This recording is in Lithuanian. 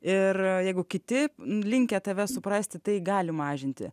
ir jeigu kiti linkę tave suprasti tai gali mažinti